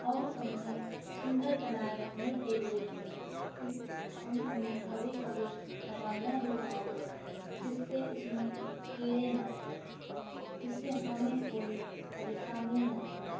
और उन्हें सुन्दर बनाए रखने के लिए हम उनमें कभी कभी दवाइयाँ भी डाल देते हैं जिससे उसमें कीड़े न हों जिससे हमें कोई परेशानी न हो